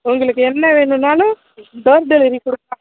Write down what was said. உங்களுக்கு என்ன வேணுன்னாலும் டோர் டெலிவரி கொடுக்க